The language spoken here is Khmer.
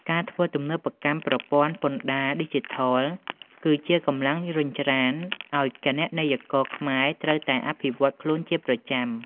ការធ្វើទំនើបកម្មប្រព័ន្ធពន្ធដារឌីជីថល គឺជាកម្លាំងរុញច្រានឱ្យគណនេយ្យករខ្មែរត្រូវតែអភិវឌ្ឍខ្លួនជាប្រចាំ។